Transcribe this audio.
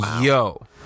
Yo